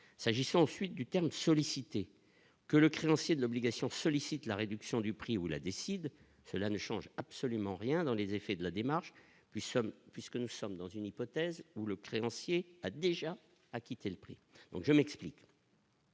s'agissant ensuite du terme sollicité que le créancier de l'obligation sollicite la réduction du prix ou la décide, cela ne change absolument rien dans les effets de la démarche du sommes puisque nous sommes dans une hypothèse ou le créancier a déjà acquitté le prix, donc je m'explique.